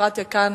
הדמוקרטיה כאן,